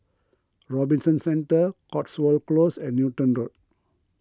Robinson Centre Cotswold Close and Newton Road